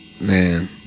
Man